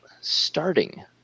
starting